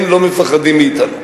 הם לא מפחדים מאתנו.